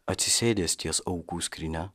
atsisėdęs ties aukų skrynia